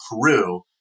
Peru